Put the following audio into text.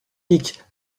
piques